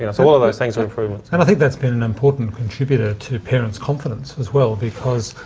you know so all those things but improvements. and i think that's been an important contributor to parents' confidence as well because,